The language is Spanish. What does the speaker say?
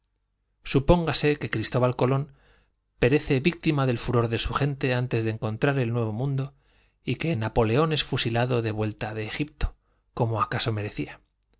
lumbre que cristóbal colón perece víctima del furor de una hermosa ligeramente comprometida un su gente antes de encontrar el nuevo mundo y marido batido en duelo son sus despachos y su que napoleón es fusilado de vuelta de egipto pasaporte todas le obsequian le pretenden se como acaso merecía